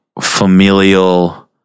familial